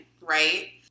right